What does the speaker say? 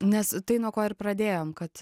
nes tai nuo ko ir pradėjom kad